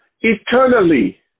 eternally